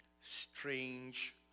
strange